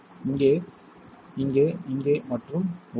இங்கே இங்கே இங்கே மற்றும் உள்ளே